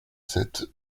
sept